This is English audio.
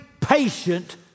patient